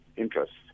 interests